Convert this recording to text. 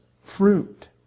fruit